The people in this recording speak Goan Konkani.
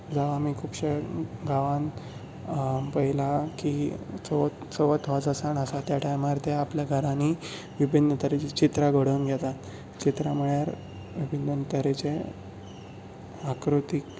जावं आमी खुबशे गांवांत पयलां की चवथ हो जो सण आसा त्या टायमार ते आपल्या घरांनी विभिन्न तरेचीं चित्रां घडोवन घेतात चित्रां म्हणल्यार विभिन्न तरेचे आकृती